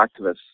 activists